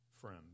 friend